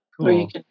Cool